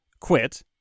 quit